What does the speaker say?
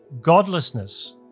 godlessness